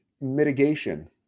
mitigation